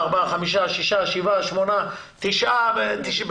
הצבעה בעד, 9 ההצעה אושרה.